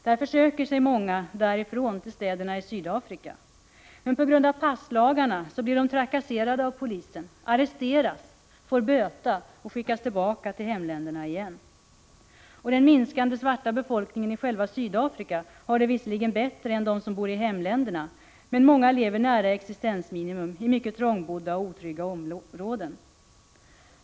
Många söker sig därför till städerna i Sydafrika. På grund av passlagarna blir de trakasserade av polisen. De arresteras, får böta och skickas tillbaka till hemländerna igen. Den minskande svarta befolkningen i själva Sydafrika har det visserligen bättre än de som bor i hemländerna, men många lever nära existensminimum i mycket trångbodda och otrygga områden.